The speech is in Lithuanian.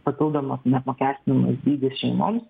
papildomas neapmokestinamas dydis šeimoms